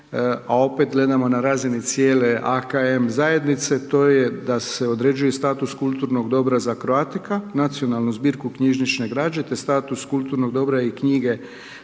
a opet gledamo na razini cijele AKM zajednice, to je da se određuje status kulturnog dobra za Croatica, nacionalnu zbirku knjižnične građe te status kulturnog dobra i knjige